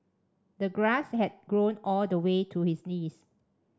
the grass had grown all the way to his knees